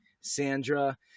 Sandra